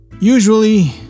Usually